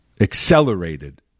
accelerated